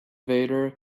vader